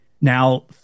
Now